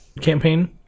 campaign